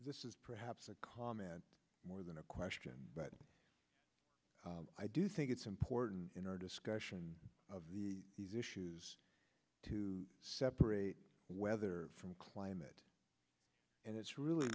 this is perhaps a comment more than a question but i do think it's important in our discussion of these issues to separate weather from climate and it's really